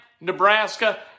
Nebraska